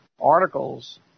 articles